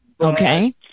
Okay